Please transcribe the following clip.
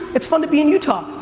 it's fun to be in utah.